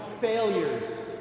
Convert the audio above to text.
failures